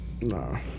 Nah